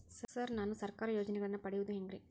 Sir ನಾನು ಸರ್ಕಾರ ಯೋಜೆನೆಗಳನ್ನು ಪಡೆಯುವುದು ಹೆಂಗ್ರಿ?